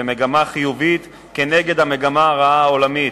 ומגמה חיובית כנגד המגמה הרעה העולמית.